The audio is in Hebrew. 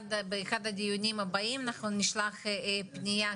ובאחד הדיונים הבאים אנחנו נשלח פנייה,